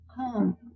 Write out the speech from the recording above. Home